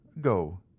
go